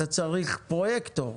אתה צריך פרויקטור.